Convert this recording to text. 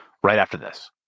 right after this.